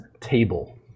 table